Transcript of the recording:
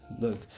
look